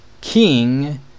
king